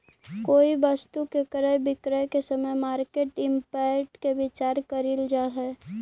कोई वस्तु के क्रय विक्रय के समय मार्केट इंपैक्ट के विचार कईल जा है